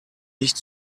nicht